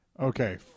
Okay